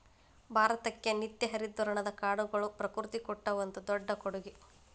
ಭಾರತಕ್ಕೆ ನಿತ್ಯ ಹರಿದ್ವರ್ಣದ ಕಾಡುಗಳು ಪ್ರಕೃತಿ ಕೊಟ್ಟ ಒಂದು ದೊಡ್ಡ ಕೊಡುಗೆ